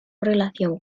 relación